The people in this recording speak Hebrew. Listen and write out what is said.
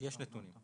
יש נתונים.